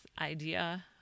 idea